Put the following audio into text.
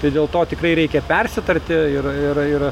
tai dėl to tikrai reikia persitarti ir ir ir